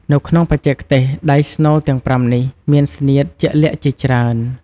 នៅក្នុងបច្ចេកទេសដៃស្នូលទាំងប្រាំនេះ មាន ស្នៀត ជាក់លាក់ជាច្រើន។